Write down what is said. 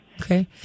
Okay